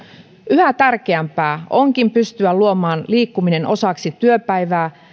yhä tärkeämpää onkin pystyä luomaan liikkuminen osaksi työpäivää